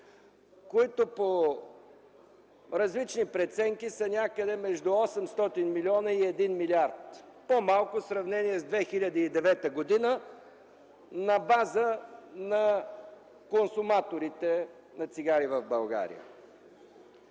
които по различни преценки са някъде между 800 милиона и 1 милиард – по-малко в сравнение с 2009 г. на база на консуматорите на цигари в България.